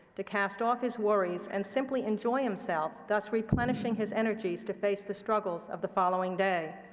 to cast off his worries and simply enjoy himself, thus replenishing his energies to face the struggles of the following day.